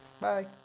Bye